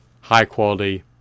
high-quality